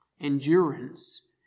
endurance